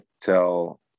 tell